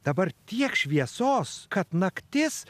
dabar tiek šviesos kad naktis